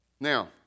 Now